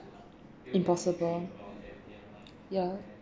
impossible ya